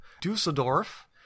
Dusseldorf